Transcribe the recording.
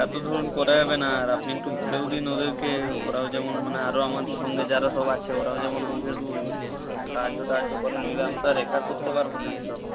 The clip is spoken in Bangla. একা তো ধরুন করা যাবে না আর আপনি একটু বলেও দিন ওদেরকে ওরাও যেমন মানে আরো আমার সঙ্গে যারা সব আছে ওরাও যেমন আমাকে একটু মানে সাহায্য টাহায্য করে নইলে আমি তো আর একা করতে পারব না এই সব